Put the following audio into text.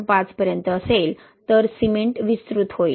5 पर्यंत असेल तर सिमेंट विस्तृत होईल